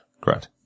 Great